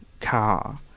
car